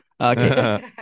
Okay